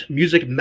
music